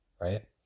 right